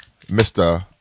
Mr